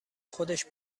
خودش